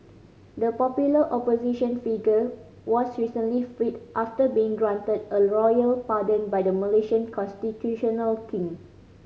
the popular opposition figure was recently freed after being granted a royal pardon by the Malaysian constitutional king